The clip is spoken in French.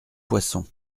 poisson